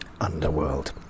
Underworld